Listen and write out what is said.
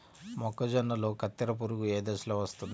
మొక్కజొన్నలో కత్తెర పురుగు ఏ దశలో వస్తుంది?